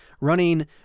running